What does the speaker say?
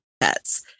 pets